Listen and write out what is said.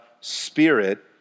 spirit